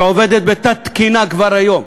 שעובדת בתת-תקינה כבר היום,